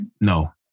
No